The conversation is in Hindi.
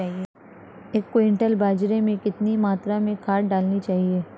एक क्विंटल बाजरे में कितनी मात्रा में खाद डालनी चाहिए?